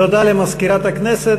תודה למזכירת הכנסת.